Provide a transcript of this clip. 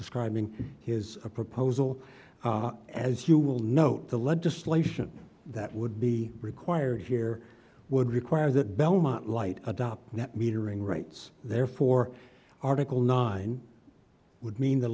describing his proposal as you will note the legislation that would be required here would require that belmont light adopt that metering rights therefore article nine would mean the